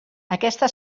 aquesta